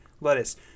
lettuce